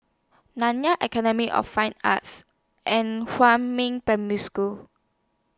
Nanyang Academy of Fine Arts and Huamin Primary School